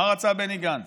מה רצה בני גנץ?